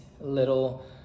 little